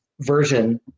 version